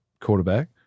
quarterback